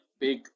big